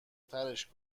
ترِش